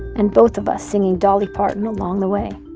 and both of us singing dolly parton along the way